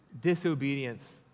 disobedience